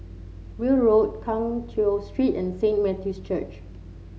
Weld Road Keng Cheow Street and Saint Matthew's Church